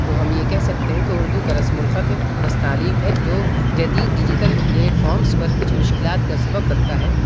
تو ہم یہ کہہ سکتے ہیں کہ اردو کا رسم الخط نستعلیق ہے جو جدید ڈیجیتل پلیٹفامس پر کچھ مشکلات کا سبب بنتا ہے